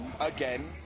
Again